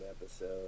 episode